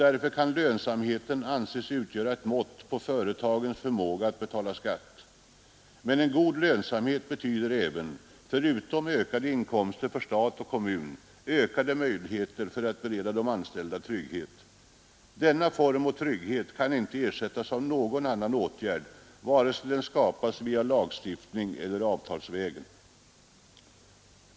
Därför kan lönsamheten anses utgöra ett mått på företagens förmåga att betala skatt. Men en god lönsamhet betyder — förutom ökade inkomster för stat och kommun — ökade möjligheter att bereda de anställda trygghet. Denna form av trygghet kan inte ersättas av någon annan åtgärd, vare sig den vidtas genom lagstiftning eller avtalsvägen.